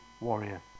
warrior